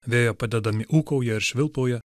vėjo padedami ūkauja ir švilpauja